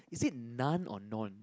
is it none or non